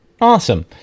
awesome